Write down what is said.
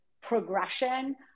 progression